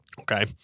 Okay